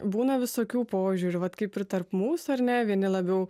būna visokių požiūrių vat kaip ir tarp mūsų ar ne vieni labiau